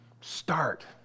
start